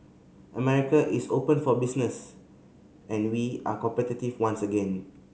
America is open for business and we are competitive once again